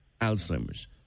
Alzheimer's